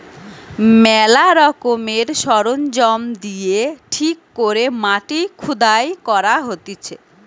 ম্যালা রকমের সরঞ্জাম দিয়ে ঠিক করে মাটি খুদাই করা হতিছে